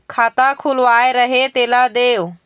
खाता खुलवाय रहे तेला देव?